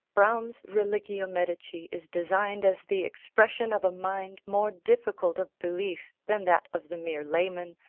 browne's religio medici is designed as the expression of a mind more difficult of belief than that of the mere layman,